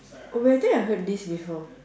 oh I think I heard this before